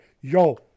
yo